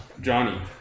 Johnny